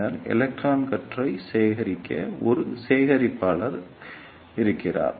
பின்னர் எலக்ட்ரான் கற்றை சேகரிக்க ஒரு சேகரிப்பாளர் இருக்கிறார்